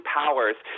powers